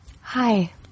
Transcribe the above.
Hi